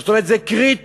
זאת אומרת, זה קריטי,